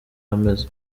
ameze